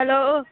hello